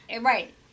Right